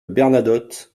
bernadotte